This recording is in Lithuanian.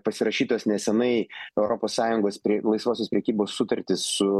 pasirašytos nesenai europos sąjungos laisvosios prekybos sutartys su